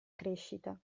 crescita